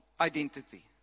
identity